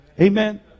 Amen